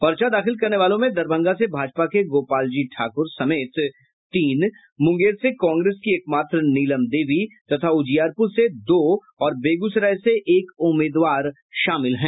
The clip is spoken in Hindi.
पर्चा दाखिल करने वालों में दरभंगा से भाजपा के गोपाल जी ठाकुर समेत तीन मुंगेर से कांग्रेस की एकमात्र नीलम देवी तथा उजियारपुर से दो और बेगूसराय से एक उम्मीदवार शामिल हैं